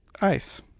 ice